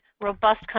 robust